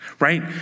Right